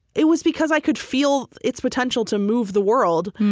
it was because i could feel its potential to move the world.